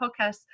podcast